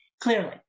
Clearly